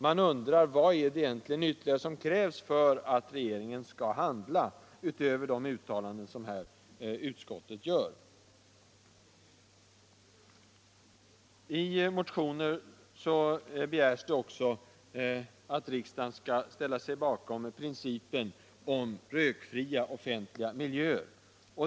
Man undrar: Vad är det egentligen ytterligare som krävs för att regeringen skall handla, utöver de uttalanden som utskottet här gör? I motionen begärs det också att riksdagen skall ställa sig bakom prin cipen om rökfria offentliga miljöer.